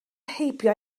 heibio